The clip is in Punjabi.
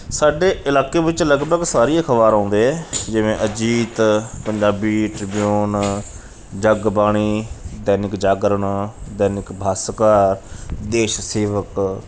ਸਾਡੇ ਇਲਾਕੇ ਵਿੱਚ ਲਗਭਗ ਸਾਰੇ ਹੀ ਅਖ਼ਬਾਰ ਆਉਂਦੇ ਹੈ ਜਿਵੇਂ ਅਜੀਤ ਪੰਜਾਬੀ ਟ੍ਰਿਬਿਊਨ ਜਗਬਾਣੀ ਦੈਨਿਕ ਜਾਗਰਣ ਦੈਨਿਕ ਭਾਸਕਰ ਦੇਸ਼ ਸੇਵਕ